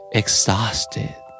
exhausted